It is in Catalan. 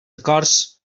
acords